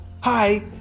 hi